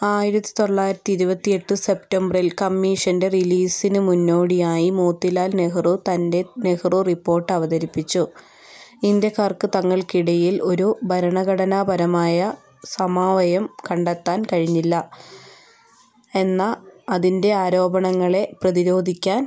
ആയിരത്തി തൊള്ളായിരത്തി ഇരുപത്തി എട്ട് സെപ്റ്റംബറിൽ കമ്മീഷൻ്റെ റിലീസിന് മുന്നോടിയായി മോത്തിലാൽ നെഹ്റു തൻ്റെ നെഹ്റു റിപ്പോർട്ട് അവതരിപ്പിച്ചുഇന്ത്യക്കാർക്ക് തങ്ങൾക്കിടയിൽ ഒരു ഭരണഘടനാപരമായ സമാവയം കണ്ടെത്താൻ കഴിഞ്ഞില്ല എന്ന അതിൻ്റെ ആരോപണങ്ങളെ പ്രതിരോധിക്കാൻ